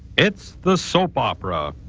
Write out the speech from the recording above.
it's the soap opera.